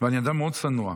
ואני אדם מאוד צנוע.